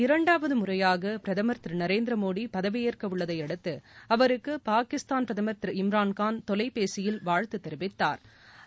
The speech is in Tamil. இரண்டாவது முறையாக பிரதமர் திரு நரேந்திரமோடி பதவியேற்க உள்ளதை அடுத்து அவருக்கு பாகிஸ்தா்ன் பிரதமா் திரு இம்ரான் கான் தொலைபேசியில் வாழ்த்து தெரிவித்தாா்